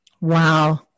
Wow